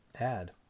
add